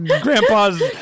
grandpa's